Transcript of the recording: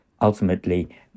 ultimately